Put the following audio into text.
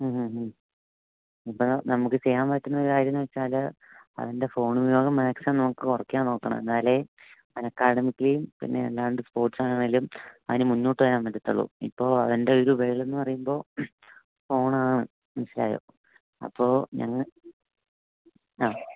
മ്മ് മ്മ് മ്മ് ഇപ്പോൾ നമുക്ക് ചെയ്യാൻ പറ്റുന്ന കാര്യം എന്ന് വെച്ചാൽ അവൻ്റെ ഫോണുപയോഗം മാക്സിമം നമുക്ക് കുറയ്ക്കാൻ നോക്കണം എന്നാലെ അവൻ അക്കാദമിക്കിലിയും പിന്നെന്നാ സ്പോർട്സാണേലും അവന് മുന്നോട്ട് വരാൻ പറ്റത്തുള്ളൂ ഇപ്പോൾ അവൻ്റെയൊരു വേർൽഡ് എന്ന് പറയുമ്പോൾ ഫോണാണ് മനസ്സിലായോ അപ്പോൾ ഞങ്ങൾ ആ